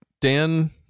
Dan